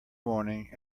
morning